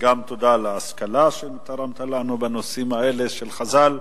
וגם תודה על ההשכלה שתרמת לנו בנושאים האלה של חז"ל.